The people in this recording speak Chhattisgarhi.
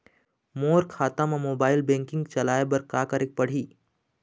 मोर खाता मा मोबाइल बैंकिंग चलाए बर का करेक पड़ही?